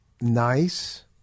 nice